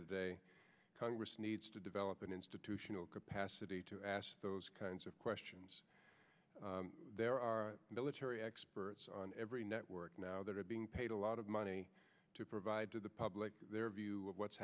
today congress needs to develop an institutional capacity to ask those kinds of questions there are military experts on every network now that are being paid a lot of money to provide to the public their view of what's